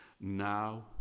Now